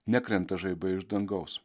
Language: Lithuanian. nekrenta žaibai iš dangaus